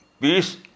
peace